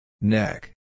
Neck